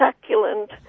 succulent